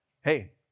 Hey